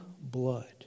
blood